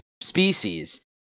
species